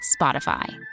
Spotify